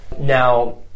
Now